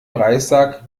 reissack